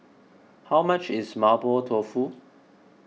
how much is Mapo Tofu